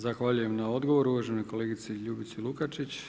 Zahvaljujem na odgovoru uvaženoj kolegici Ljubici Lukačić.